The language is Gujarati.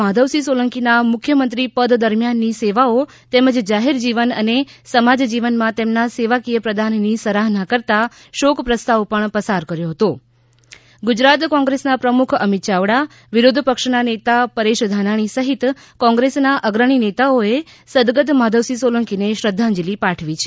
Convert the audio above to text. માધવસિંહ સોલંકીના મુખ્યમંત્રી પદ દરમ્યાનની સેવાઓ તેમજ જાહેર જીવન અને સમાજ જીવનમાં તેમના સેવાકીય પ્રદાનની સરાહના કરતા શોક પ્રસ્તાવ પણ પસાર કર્યો હતો ગુજરાત કોગ્રેંસના પ્રમુખ અમિત ચાવડા વિરોધ પક્ષનાં નેતા પરેશ ધાનાણી સહિત કોગ્રેંસનાં અગ્રણી નેતાઓએ સદગત માધવસિંહ સોલંકીને શ્રધધાંજલિ પાઠવી છે